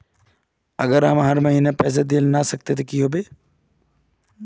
अगर हम हर महीना पैसा देल ला न सकवे तब की होते?